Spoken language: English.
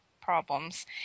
problems